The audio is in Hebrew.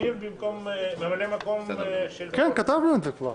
קושניר ממלא מקום של --- כתבנו את זה כבר.